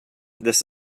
this